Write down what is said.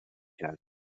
کرد